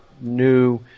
new